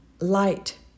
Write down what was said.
light